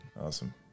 Awesome